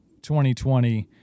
2020